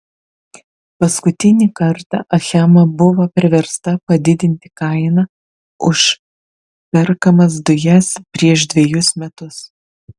paskutinį kartą achema buvo priversta padidinti kainą už perkamas dujas prieš dvejus metus